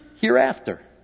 hereafter